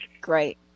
Great